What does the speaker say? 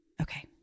Okay